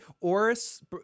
Oris